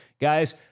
Guys